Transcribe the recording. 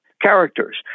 characters